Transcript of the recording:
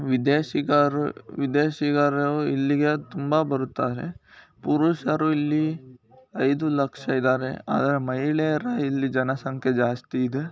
ವಿದೇಶಿಗರು ವಿದೇಶಿಗರೂ ಇಲ್ಲಿಗೆ ತುಂಬ ಬರುತ್ತಾರೆ ಪುರುಷರು ಇಲ್ಲಿ ಐದು ಲಕ್ಷ ಇದ್ದಾರೆ ಆದರೆ ಮಹಿಳೆಯರ ಇಲ್ಲಿ ಜನಸಂಖ್ಯೆ ಜಾಸ್ತಿ ಇದೆ